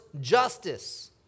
justice